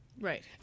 Right